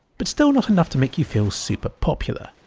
but still not enough to make you feel super popular.